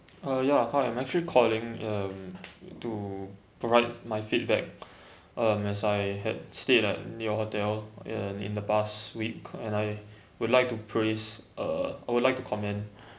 uh ya hi I'm actually calling um to provide my feedback um as I had stayed at your hotel uh in the past week and I would like to praise uh I would like to comment